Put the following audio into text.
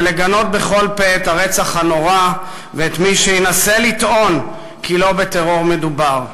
ולגנות בכל פה את הרצח הנורא ואת מי שינסה לטעון כי לא בטרור מדובר.